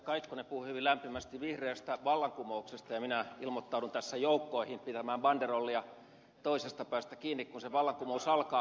kaikkonen puhui hyvin lämpimästi vihreästä vallankumouksesta ja minä ilmoittaudun tässä joukkoihin pitämään banderollia toisesta päästä kiinni kun se vallankumous alkaa